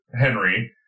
Henry